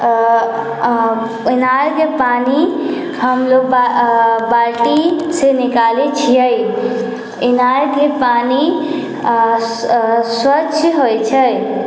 इनारके पानि हम लोग बाल्टीसँ निकालै छियै इनारके पानि स्वच्छ होइ छै